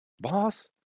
Boss